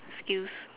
skills